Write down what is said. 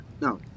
No